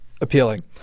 appealing